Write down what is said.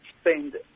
spend